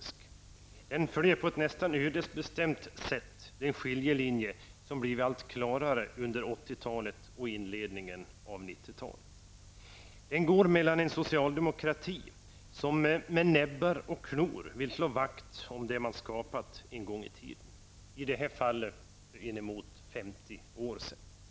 Den följer på ett nästan ödesbestämt sätt den skiljelinje som blivit allt klarare under 80-talet och inledningen av 90-talet. Den går mellan en socialdemokrati som med näbbar och klor vill slå vakt om det man skapat en gång i tiden -- i det här fallet för nästan 50 år sedan -- och oss andra.